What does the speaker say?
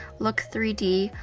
look three d.